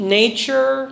nature